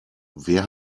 wer